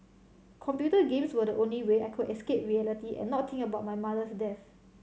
computer games were the only way I could escape reality and not think about my mother's death